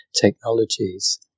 technologies